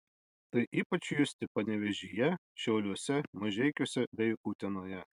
tai ypač justi panevėžyje šiauliuose mažeikiuose bei utenoje